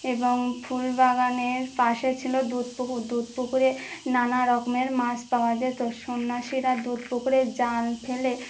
এবং ফুল বাগানের পাশে ছিলো দুধ পুকুর দুধ পুকুরে নানা রকমের মাছ পাওয়া যেত সন্ন্যাসিরা দুধ পুকুরে জাল ফেলে